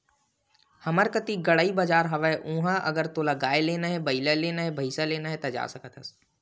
हमर कती गंड़ई बजार हवय उहाँ अगर तोला गाय लेना हे, बइला लेना हे, भइसा लेना हे ता जा सकत हस